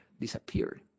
disappeared